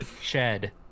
Shed